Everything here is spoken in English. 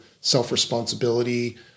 self-responsibility